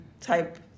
type